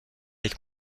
avec